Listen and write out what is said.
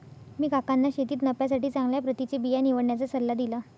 मी काकांना शेतीत नफ्यासाठी चांगल्या प्रतीचे बिया निवडण्याचा सल्ला दिला